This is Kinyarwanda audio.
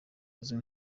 uzwi